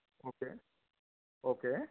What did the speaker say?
okay okay